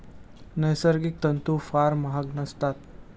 नैसर्गिक तंतू फार महाग नसतात